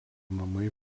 namai